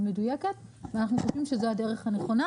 מדויקת ואנחנו חושבים שזו הדרך הנכונה.